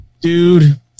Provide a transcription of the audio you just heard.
Dude